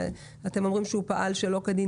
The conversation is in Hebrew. אתם אומרים שהוא פעל שלא כדין.